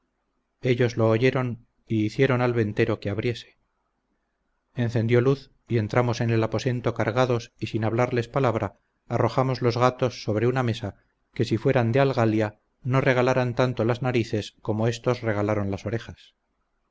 ellos lo oyeron y hicieron al ventero que abriese encendió luz y entramos en el aposento cargados y sin hablarles palabra arrojamos los gatos sobre una mesa que si fueran de algalia no regalaran tanto las narices como estos regalaron las orejas